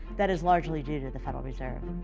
that is largely due to the federal reserve.